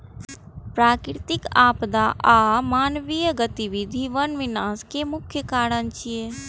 प्राकृतिक आपदा आ मानवीय गतिविधि वन विनाश के मुख्य कारण छियै